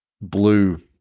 blue